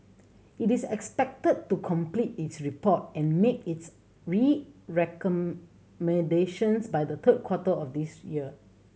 it is expected to complete its report and make its recommendations by the third quarter of this year